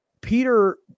Peter